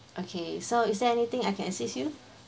okay so is there anything I can assist you